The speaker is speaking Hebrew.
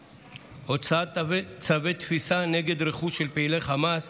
הוצאת צווי תפיסה נגד רכוש של פעילי חמאס